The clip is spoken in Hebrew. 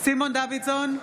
סימון דוידסון,